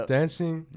dancing